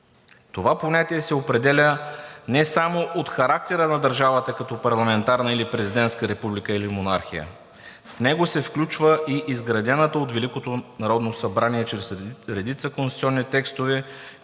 Това понятие се определя не само от характера на държавата като парламентарна или президентска република или монархия, в него се включва и изграденото от Великото народно събрание чрез редица конституционни текстове,